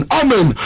amen